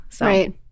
Right